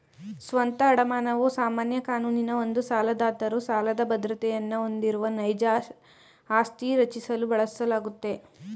ಸ್ವಂತ ಅಡಮಾನವು ಸಾಮಾನ್ಯ ಕಾನೂನಿನ ಒಂದು ಸಾಲದಾತರು ಸಾಲದ ಬದ್ರತೆಯನ್ನ ಹೊಂದಿರುವ ನೈಜ ಆಸ್ತಿ ರಚಿಸಲು ಬಳಸಲಾಗುತ್ತೆ